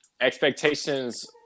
expectations